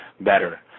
better